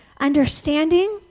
understanding